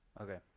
okay